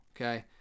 Okay